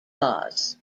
laws